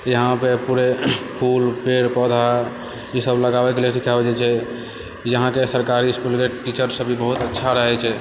यहाँपर पूरे फूल पेड़ पौधा ईसब लगाबैके लेल सिखाएल जाइ छै यहाँके सरकारी इसकुलके टीचर सब भी बहुत अच्छा रहै छै